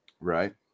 Right